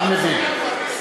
אני מבין.